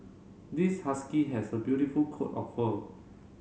this husky has a beautiful coat of fur